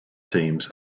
teams